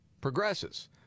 progresses